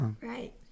right